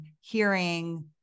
hearing